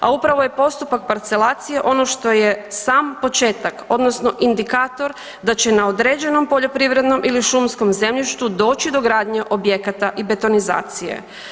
A upravo je postupak parcelacije ono što je sam početak odnosno indikator da će na određenom poljoprivrednom ili šumskom zemljištu doći do gradnje objekata i betonizacije.